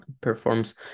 performs